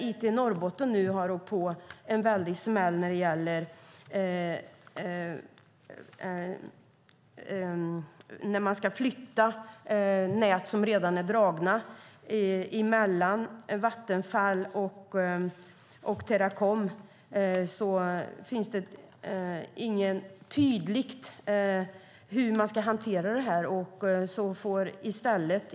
IT Norrbotten har åkt på en smäll på grund av att redan dragna nät ska flyttas mellan Vattenfall och Teracom. Det framgår inte tydligt hur frågan ska hanteras.